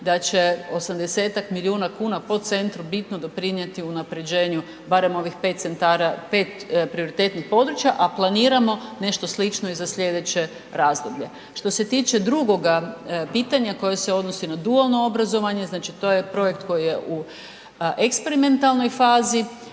da će 80-tak milijuna kuna po centru bitno doprinijeti unapređenju barem ovih 5 centara, 5 prioritetnih područja, a planiramo nešto slično i za slijedeće razdoblje. Što se tiče drugoga pitanja koje se odnosi na dualno obrazovanje, znači to je projekt koji je u eksperimentalnoj fazi